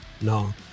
no